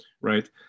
right